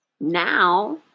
now